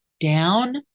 down